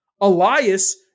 Elias